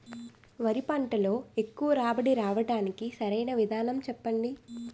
వరి పంటలో ఎక్కువ రాబడి రావటానికి సరైన విధానం చెప్పండి?